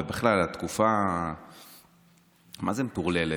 ובכלל על התקופה המה-זה מטורללת?